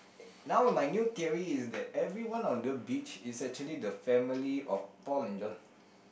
now my new theory is that everyone on the beach is actually the family of Paul and John